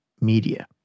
media